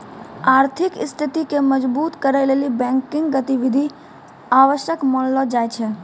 आर्थिक स्थिति के मजबुत करै लेली बैंकिंग गतिविधि आवश्यक मानलो जाय छै